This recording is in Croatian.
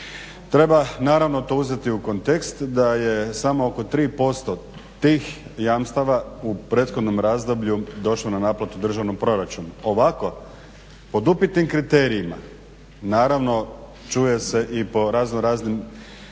Treba naravno to uzeti u kontekst, da je samo oko 3% tih jamstava u prethodnom razdoblju došlo na naplatu državnom proračunu. Ovako pod upitnim kriterijima, naravno čuje se i po razno raznim